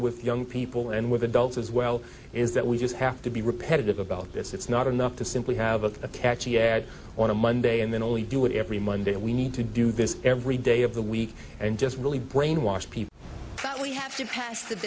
with young people and with adults as well is that we just have to be repetitive about this it's not enough to simply have a catchy ad on a monday and then only do it every monday we need to do this every day of the week and just really brainwash people that we have to pass